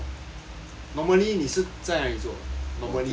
normally 你是在哪里做 normally lah